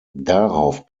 darauf